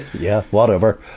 yeah whatever.